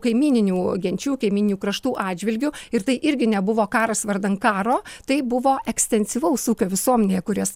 kaimyninių genčių kaimyninių kraštų atžvilgiu ir tai irgi nebuvo karas vardan karo tai buvo ekstensyvaus ūkio visuomenė kurias